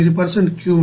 9 cumene